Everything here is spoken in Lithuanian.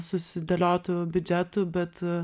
susidėliotų biudžetų bet